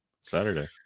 Saturday